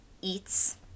eats